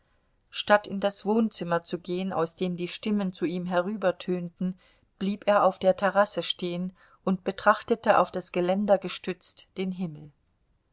statt in das wohnzimmer zu gehen aus dem die stimmen zu ihm herübertönten blieb er auf der terrasse stehen und betrachtete auf das geländer gestützt den himmel